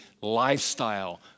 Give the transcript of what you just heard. lifestyle